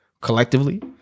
collectively